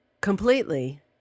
completely